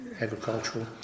agricultural